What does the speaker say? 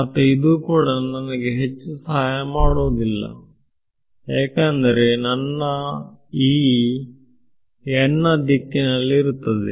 ಮತ್ತು ಇದು ಕೂಡ ನನಗೆ ಹೆಚ್ಚು ಸಹಾಯ ಮಾಡುವುದಿಲ್ಲ ಏಕೆಂದರೆ ನನ್ನ E ನ ದಿಕ್ಕಿನಲ್ಲಿರುತ್ತದೆ